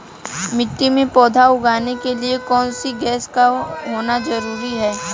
मिट्टी में पौधे उगाने के लिए कौन सी गैस का होना जरूरी है?